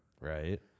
Right